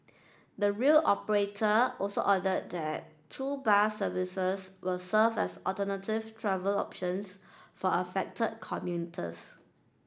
the rail operator also added that two bus services will serve as alternative travel options for affected commuters